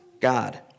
God